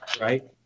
Right